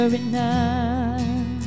enough